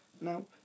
Now